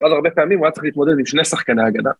‫ולא הרבה פעמים הוא היה צריך ‫להתמודד עם שני שחקני ההגנה.